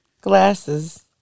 Glasses